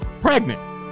Pregnant